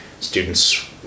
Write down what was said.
students